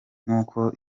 nk’uko